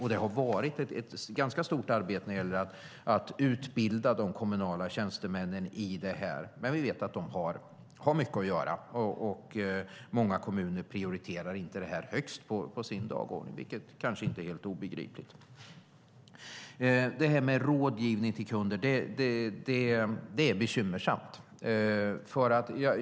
Det har varit ett ganska stort arbete med att utbilda de kommunala tjänstemännen i det här, men vi vet att de har mycket att göra, och många kommuner prioriterar inte detta i första hand, vilket kanske inte är helt obegripligt. Detta med rådgivning till kunder är bekymmersamt.